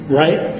right